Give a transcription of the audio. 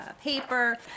Paper